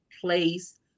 place